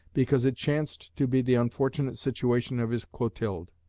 because it chanced to be the unfortunate situation of his clotilde.